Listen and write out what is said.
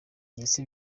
yesu